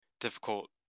difficult